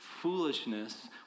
foolishness